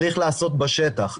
צריך לעשות בשטח.